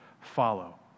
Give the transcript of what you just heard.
follow